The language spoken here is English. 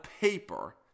paper